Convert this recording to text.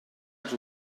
els